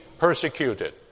Persecuted